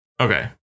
Okay